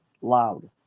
loud